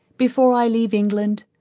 before i leave england?